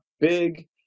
big